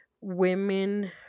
women